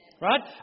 Right